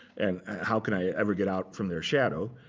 and how can i ever get out from their shadow?